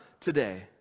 today